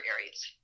areas